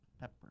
pepper